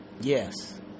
yes